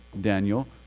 Daniel